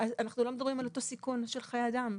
אנחנו לא מדברים על אותו סיכון של חיי אדם.